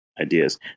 ideas